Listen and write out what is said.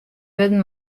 wurden